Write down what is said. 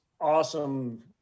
awesome